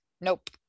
nope